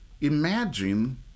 imagine